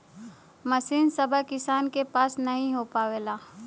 मसीन सभ किसान के पास नही हो पावेला